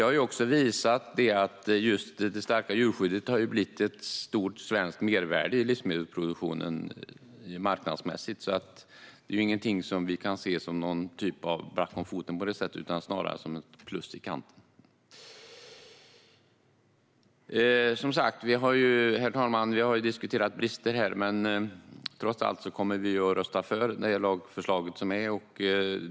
Marknadsmässigt har det starka djurskyddet också blivit ett stort svenskt mervärde i livsmedelsproduktionen. Det är alltså inget vi kan se som en black om foten på det sättet; snarare är det ett plus i kanten. Herr talman! Vi har diskuterat brister här, men trots allt kommer vi att rösta för lagförslaget.